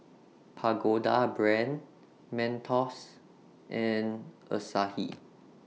Pagoda Brand Mentos and Asahi